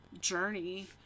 journey